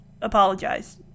apologize